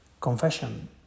confession